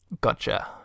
Gotcha